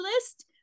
list